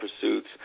pursuits